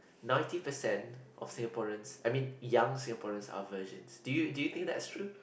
ninety percent of Singaporeans I mean young Singaporeans are virgins do you do you think that's true